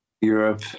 Europe